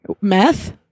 Meth